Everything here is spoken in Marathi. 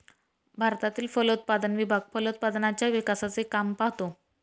भारतातील फलोत्पादन विभाग फलोत्पादनाच्या विकासाचे काम पाहतो